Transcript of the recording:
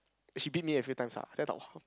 she bit me a few times ah then I thought !wah!